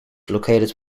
located